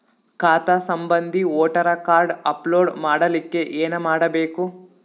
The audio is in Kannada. ಖಾತಾ ಸಂಬಂಧಿ ವೋಟರ ಕಾರ್ಡ್ ಅಪ್ಲೋಡ್ ಮಾಡಲಿಕ್ಕೆ ಏನ ಮಾಡಬೇಕು?